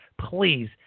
please